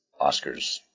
Oscars